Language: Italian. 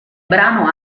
brano